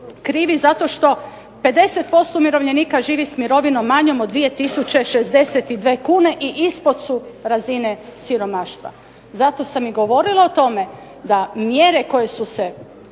krivi za to što 50% umirovljenika živi s mirovinom manjom od 2 tisuće 62 kune i ispod su razine siromaštva. Zato sam i govorila o tome da mjere koje su se